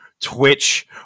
Twitch